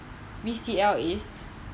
B_C_L is